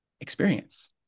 experience